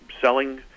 selling